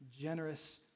generous